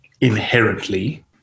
inherently